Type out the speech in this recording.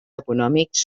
econòmics